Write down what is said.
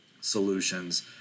solutions